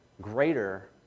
greater